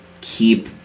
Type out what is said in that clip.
keep